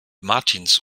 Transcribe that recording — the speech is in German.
martins